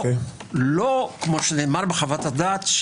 לא כפי שנאמר בחוות הדעת,